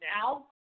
now